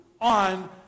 on